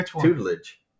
tutelage